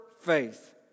faith